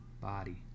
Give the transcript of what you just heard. body